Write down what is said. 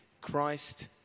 Christ